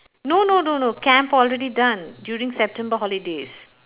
no no no no camp already done during september holidays